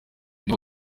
niwe